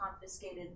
confiscated